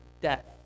death